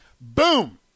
Boom